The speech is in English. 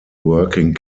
working